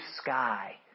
sky